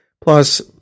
Plus